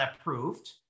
approved